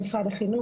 למעשה,